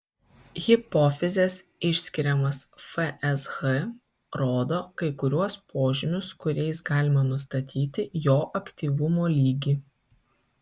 hipofizės išskiriamas fsh rodo kai kuriuos požymius kuriais galima nustatyti jo aktyvumo lygį